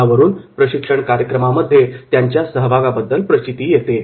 यावरून प्रशिक्षण कार्यक्रमामध्ये त्यांच्या सहभागाबद्दल प्रचिती येते